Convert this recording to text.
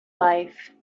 life